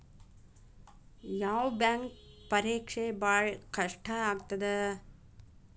ಯಾವ್ ಬ್ಯಾಂಕ್ ಪರೇಕ್ಷೆ ಭಾಳ್ ಕಷ್ಟ ಆಗತ್ತಾ?